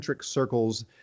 circles